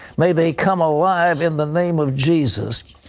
may they come alive in the name of jesus.